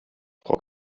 frau